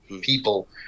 people